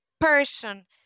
person